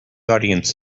audience